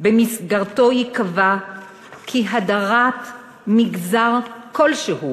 שבמסגרתו ייקבע כי הדרת מגזר כלשהו,